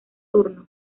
turno